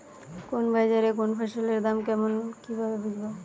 কোন বাজারে কোন ফসলের দাম কেমন কি ভাবে বুঝব?